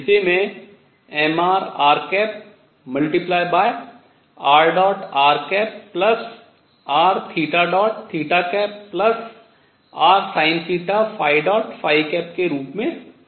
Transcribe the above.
जिसे मैं mrr×rrrrsinθ के रूप में लिख सकता हूँ